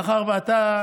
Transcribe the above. מאחר שאתה,